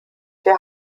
der